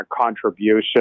contribution